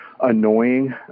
annoying